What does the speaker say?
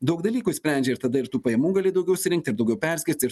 daug dalykų sprendžia ir tada ir tų pajamų gali daugiau surinkt ir daugiau perskirst